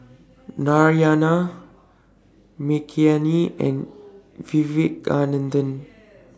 Narayana Makineni and Vivekananda